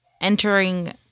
entering